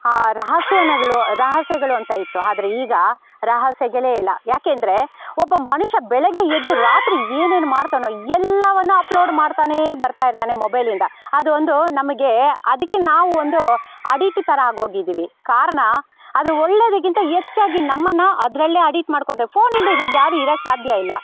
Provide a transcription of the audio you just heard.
ಆ ರಹಸ್ಯಗಳು ರಹಸ್ಯಗಳು ಅಂತ ಇತ್ತು ಆದ್ರೆ ಈಗ ರಹಸ್ಯಗಳೇ ಇಲ್ಲ ಏಕೆಂದ್ರೆ ಒಬ್ಬ ಮನುಷ್ಯ ಬೆಳಗ್ಗೆ ಎದ್ದು ರಾತ್ರಿ ಏನೇನು ಮಾಡ್ತಾನೋ ಎಲ್ಲವನ್ನೂ ಅಪ್ಲೋಡ್ ಮಾಡ್ತಾನೇ ಬರ್ತಾಯಿರ್ತಾನೆ ಮೊಬೈಲಿಂದ ಅದು ಒಂದು ನಮಗೆ ಅದಕ್ಕೆ ನಾವು ಒಂದು ಅಡಿಟ್ ಥರ ಆಗೋಗಿದ್ದೀವಿ ಕಾರಣ ಅದರ ಒಳ್ಳೇದಕ್ಕಿಂತ ಹೆಚ್ಚಾಗಿ ನಮ್ಮನ್ನು ಅದರಲ್ಲೇ ಅಡಿಟ್ ಮಾಡ್ಕೊಳ್ತೀವಿ ಫೋನ್ ಇಲ್ಲದೇ ಇವಾಗ ಯಾರು ಇರೋಕೆ ಸಾಧ್ಯ ಇಲ್ಲ